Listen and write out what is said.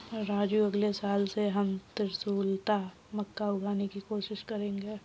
राजू अगले साल से हम त्रिशुलता मक्का उगाने की कोशिश करेंगे